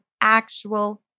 actual